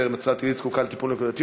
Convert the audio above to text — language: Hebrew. נצרת-עילית זקוקה לטיפול נקודתי,